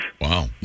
Wow